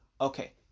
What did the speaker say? okay